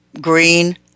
green